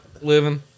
living